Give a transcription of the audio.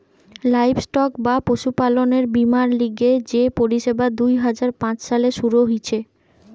livestock বা পশুপালনের বীমার লিগে যে পরিষেবা দুই হাজার পাঁচ সালে শুরু হিছে